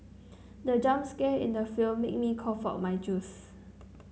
the jump scare in the film made me cough out my juice